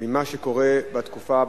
ממה שקורה בתקופה,